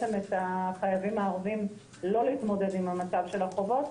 החייבים הערביים לא להתמודד עם מצב החובות,